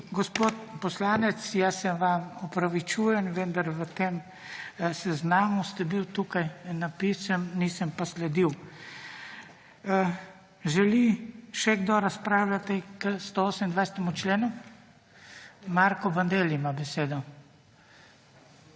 Gospod Poslanec, jaz se vam opravičujem, vendar na tem seznamu ste bil tukaj napisal, nisem pa sledil. Želi še kdo razpravljati k 128. členu? (Da.) Marko Bandelli ima besedo.